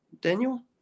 Daniel